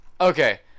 okay